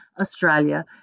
Australia